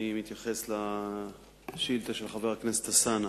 הרשו לי להתייחס לשאילתא של חבר הכנסת אלסאנע.